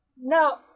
No